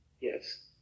Yes